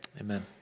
amen